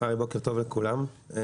בוקר טוב לכולם.